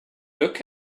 look